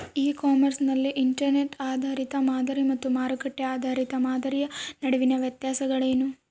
E commerce ನಲ್ಲಿ inventory ಆಧಾರಿತ ಮಾದರಿ ಮತ್ತು ಮಾರುಕಟ್ಟೆ ಆಧಾರಿತ ಮಾದರಿಯ ನಡುವಿನ ವ್ಯತ್ಯಾಸಗಳೇನು?